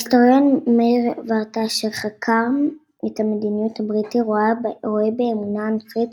ההיסטוריון מאיר ורטה אשר חקר את המדיניות הבריטית רואה באמונה הנוצרית